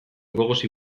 gogoz